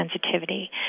sensitivity